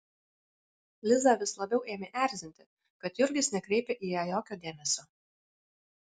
lizą vis labiau ėmė erzinti kad jurgis nekreipia į ją jokio dėmesio